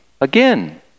Again